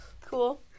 Cool